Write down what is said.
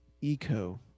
eco